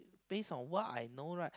based on what I know right